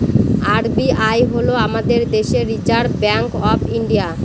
RBI হল আমাদের দেশের রিসার্ভ ব্যাঙ্ক অফ ইন্ডিয়া